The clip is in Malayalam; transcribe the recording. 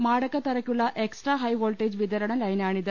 മാടക്കത്തറ ക്കുള്ള എക്സ്ട്രാ ഹൈ വോൾട്ടേജ് വിതരണ ലൈനാണിത്